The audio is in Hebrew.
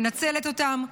מנצלת אותם,